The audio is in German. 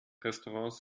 restaurants